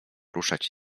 ruszać